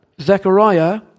Zechariah